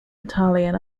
italian